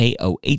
KOH